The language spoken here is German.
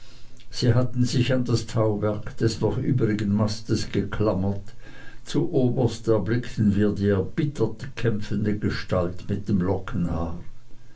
sie hatten sich an das tauwerk des noch übrigen mastes geklammert zu oberst erblickten wir die erbittert kämpfende gestalt mit dem